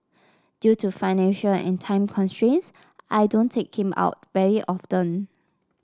due to financial and time constraints I don't take him out very often